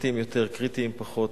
קריטיים יותר, קריטיים פחות.